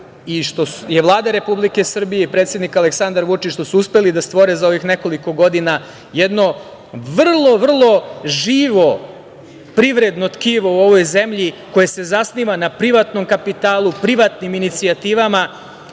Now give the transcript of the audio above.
i što je Vlada Republike Srbije i predsednik Aleksandar Vučić, što su uspeli da stvore za ovih nekoliko godina, jedno vrlo, vrlo živo privredno tkivo u ovoj zemlji koje se zasniva na privatnom kapitalu, privatnim inicijativama. Ono